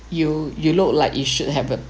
you you look like you should have a